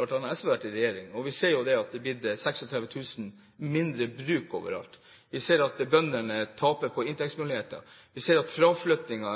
har SV vært i regjering, og vi ser at det har blitt 36 000 færre bruk. Vi ser at bøndene taper inntektsmuligheter, vi ser at fraflyttingen